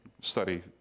study